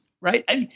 right